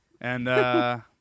And-